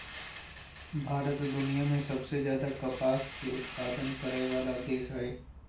भारत दुनिया में सबसे ज्यादे कपास के उत्पादन करय वला देश हइ